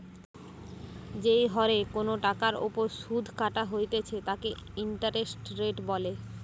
যেই হরে কোনো টাকার ওপর শুধ কাটা হইতেছে তাকে ইন্টারেস্ট রেট বলে